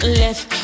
left